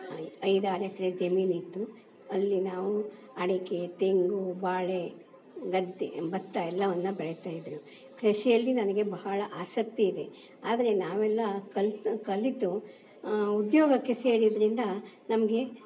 ಐದು ಐದು ಆರು ಎಕ್ರೆ ಜಮೀನಿತ್ತು ಅಲ್ಲಿ ನಾವು ಅಡಿಕೆ ತೆಂಗು ಬಾಳೆ ಗದ್ದೆ ಭತ್ತ ಎಲ್ಲವನ್ನೂ ಬೆಳಿತಾಯಿದ್ವಿ ಕೃಷಿಯಲ್ಲಿ ನನಗೆ ಬಹಳ ಆಸಕ್ತಿಯಿದೆ ಆದರೆ ನಾವೆಲ್ಲ ಕಲಿತು ಕಲಿತು ಉದ್ಯೋಗಕ್ಕೆ ಸೇರಿದ್ದರಿಂದ ನಮಗೆ